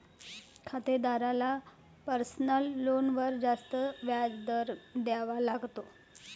खातेदाराला पर्सनल लोनवर जास्त व्याज दर द्यावा लागतो